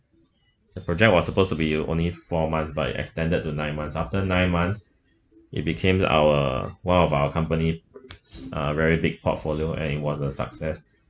the project was supposed to be only four months but it extended to nine months after nine months it became our one of our company s~ uh very big portfolio and it was a success